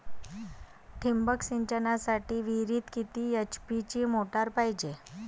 ठिबक सिंचनासाठी विहिरीत किती एच.पी ची मोटार पायजे?